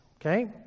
okay